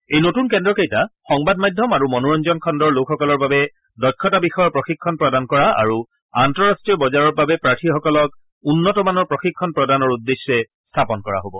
এই নতুন কেন্দ্ৰকেইটা সংবাদ মাধ্যম আৰু মনোৰঞ্জন খণ্ডৰ লোকসকলৰ বাবে দক্ষতা বিষয়ৰ প্ৰশিক্ষণ প্ৰদান কৰা আৰু আন্তঃৰাষ্ট্ৰীয় বজাৰৰ বাবে প্ৰাৰ্থীসকলক উন্নত মানৰ প্ৰশিক্ষণ প্ৰদানৰ উদ্দেশ্যে স্থাপন কৰা হ'ব